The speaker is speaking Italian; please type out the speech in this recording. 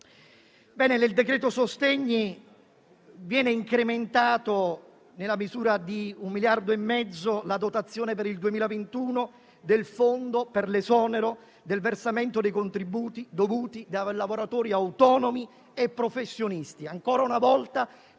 Nel decreto sostegni viene incrementato, nella misura di un miliardo e mezzo, la dotazione per il 2021 del Fondo per l'esonero del versamento dei contributi dovuti da lavoratori autonomi e professionisti.